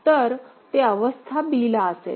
तर ते अवस्था b ला असेल